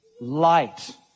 Light